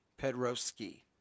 Pedroski